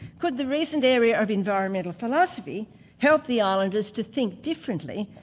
could the recent area of environmental philosophy help the islanders to think differently,